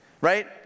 right